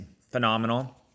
phenomenal